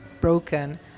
broken